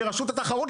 לרשות התחרות,